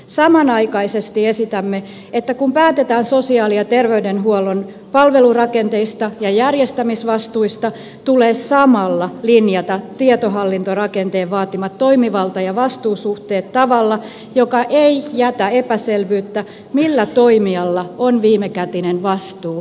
samanaikaisesti esitämme että kun päätetään sosiaali ja terveydenhuollon palvelurakenteista ja järjestämisvastuista tulee samalla linjata tietohallintorakenteen vaatima toimivalta ja vastuusuhteet tavalla joka ei jätä epäselvyyttä siitä millä toimijalla on viimekätinen vastuu asiasta